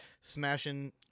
smashing